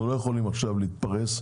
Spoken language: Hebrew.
אנחנו לא יכולים עכשיו להתפרס.